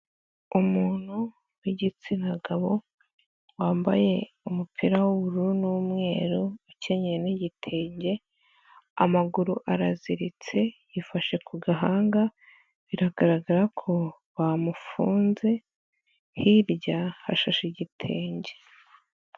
Umuntu w'igitsina gabo, wambaye umupira w'ubururu n'umweru, ukenyeye n'igitenge, amaguru araziritse, yifashe ku gahanga, biragaragara ko bamufunze, hirya hashashe igitenge.